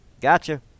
Gotcha